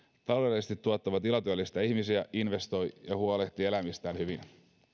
taloudellisesti tuottava tila työllistää ihmisiä investoi ja huolehtii eläimistään hyvin